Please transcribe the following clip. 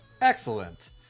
excellent